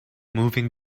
moving